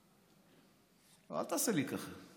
אל תעשה לי ככה.